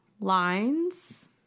lines